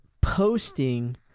posting